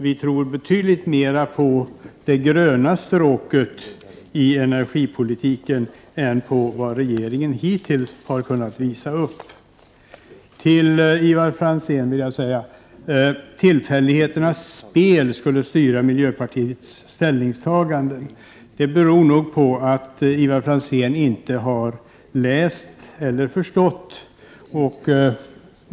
Vi tror betydligt mer på det gröna stråket inom energipolitiken än på det regeringen hittills har kunnat visa upp. Ivar Franzén säger att tillfälligheternas spel styr miljöpartiets ställningstaganden. Ivar Franzén har nog inte läst och förstått dem.